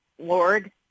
lord